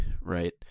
right